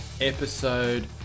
episode